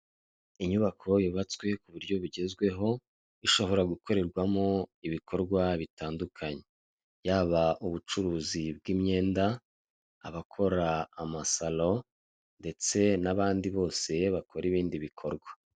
Inyubako yubatswe ku buryo bugezweho, ishobora gukorerwamo ibikorwa bitandukanye: yaba ubucuruzi bw'imyenda, abakora amasalo, ndetse n'abandi bose bakora ibindi bikorwa.